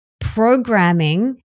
programming